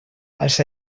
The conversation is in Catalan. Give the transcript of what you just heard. els